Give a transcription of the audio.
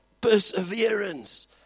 perseverance